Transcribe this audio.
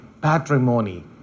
patrimony